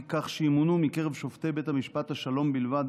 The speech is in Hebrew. כך שימונו מקרב שופטי בית המשפט השלום בלבד.